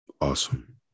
Awesome